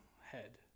head